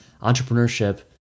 Entrepreneurship